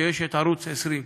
שיש ערוץ 20,